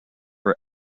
for